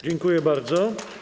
Dziękuję bardzo.